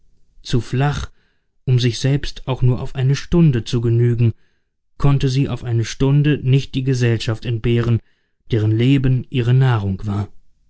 zu flach um sich selbst auch nur auf eine stunde zu genügen konnte sie auf eine stunde nicht die gesellschaft entbehren deren leben ihre nahrung war